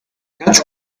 catch